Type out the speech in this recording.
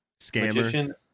scammer